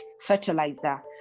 fertilizer